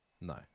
no